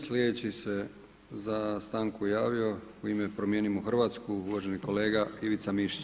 Sljedeći se za stanku javio u ime Promijenimo Hrvatsku uvaženi kolega Ivica Mišić.